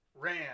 ran